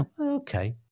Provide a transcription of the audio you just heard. Okay